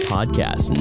Podcast